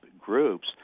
groups